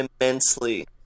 immensely